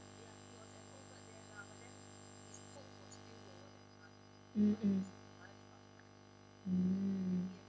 mm mm mm